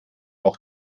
auch